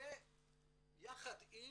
זה יחד עם